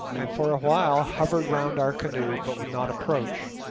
and for a while hovered round our canoe, but would not approach.